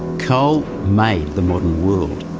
coal made the modern world.